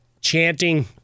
chanting